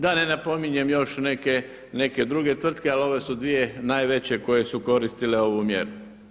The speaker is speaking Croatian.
Da ne napominjem još neke druge tvrtke, ali ove su dvije najveće koje su koristile ovu mjeru.